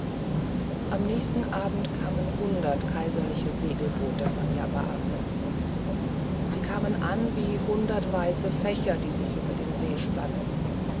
am nächsten abend kamen hundert kaiserliche segelboote von yabase sie kamen an wie hundert weiße fächer die sich über den see spannten